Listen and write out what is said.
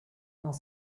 dans